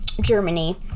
Germany